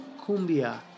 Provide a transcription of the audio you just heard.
cumbia